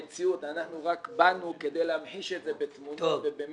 המציאות, רק באנו כדי להמחיש את זה בתמונות ובמלל.